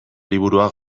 liburua